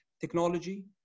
technology